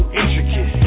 intricate